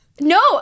no